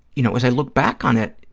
you know, as i look back on it,